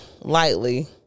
lightly